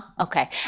Okay